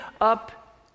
up